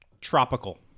Tropical